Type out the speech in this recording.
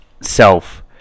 self